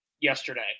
yesterday